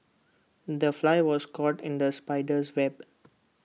the fly was caught in the spider's web